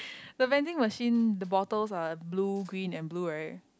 the vending machine the bottles are blue green and blue right